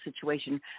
situation